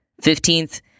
Fifteenth